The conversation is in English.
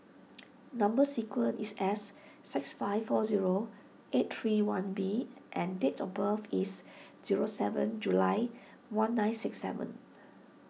Number Sequence is S six five four zero eight three one B and date of birth is zero seven July one nine six seven